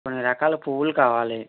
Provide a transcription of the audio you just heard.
కొన్ని రకాల పువ్వులు కావాలి